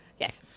Yes